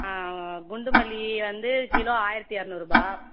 குண்டு மல்லி வந்து கிலோ ஆயரத்தி இரநூறுபா